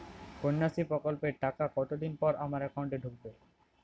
কন্যাশ্রী প্রকল্পের টাকা কতদিন পর আমার অ্যাকাউন্ট এ ঢুকবে?